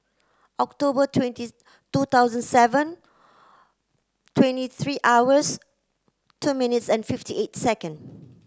October twenties two thousand seven twenty three hours two minutes and fifty eight second